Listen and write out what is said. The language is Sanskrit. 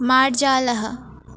मार्जालः